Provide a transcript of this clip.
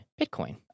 Bitcoin